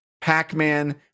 Pac-Man